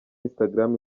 instagram